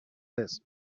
this